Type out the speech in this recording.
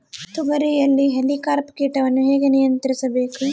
ತೋಗರಿಯಲ್ಲಿ ಹೇಲಿಕವರ್ಪ ಕೇಟವನ್ನು ಹೇಗೆ ನಿಯಂತ್ರಿಸಬೇಕು?